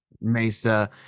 Mesa